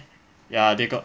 ya they got